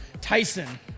Tyson